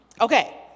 Okay